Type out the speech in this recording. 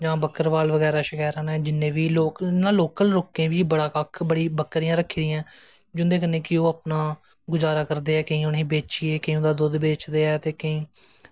जां बक्करबाल शाल बगैरा इनां लोकल लोकें बी बड़ियां बकरियां रक्खी दियां नैं जिंदे कन्नैं कि ओह् अपनें गुज़ारा करदे ऐ केंई उंदा दुद्ध बेचदे ऐँ ते केईं